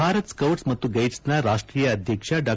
Bharat scouts ಮತ್ತು ಗೈಡ್ಸ್ನ ರಾಷ್ಟೀಯ ಅಧ್ಯಕ್ಷ ಡಾ